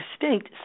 distinct